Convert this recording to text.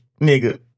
nigga